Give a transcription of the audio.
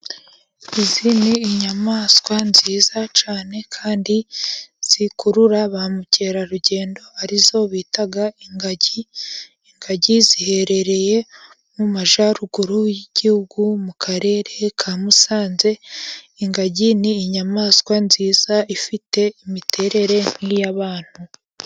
Izi ni inyamaswa nziza cyane kandi zikurura ba mukerarugendo arizo bita ingagi, ingagi ziherereye mu majyaruguru y'igihugu mu karere ka Musanze, ingagi ni inyamaswa nziza ifite imiterere nk'iy'abantu.